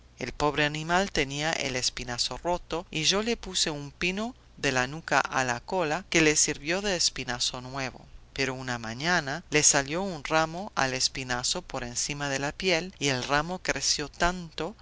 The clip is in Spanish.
el pobre animal tenía el espinazo roto y yo le puse un pino de la nuca a la cola que le sirvió de espinazo nuevo pero una mañanita le salió un ramo al espinazo por encima de la piel y el ramo creció tanto